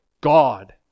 God